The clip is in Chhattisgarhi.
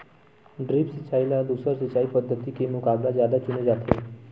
द्रप्स सिंचाई ला दूसर सिंचाई पद्धिति के मुकाबला जादा चुने जाथे